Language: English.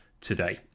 today